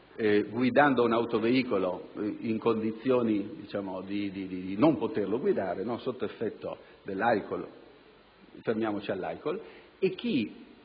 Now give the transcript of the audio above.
guidando un autoveicolo in condizioni di non poterlo guidare, sotto effetto dell'alcool (e fermiamoci all'alcool) e chi